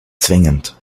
zwingend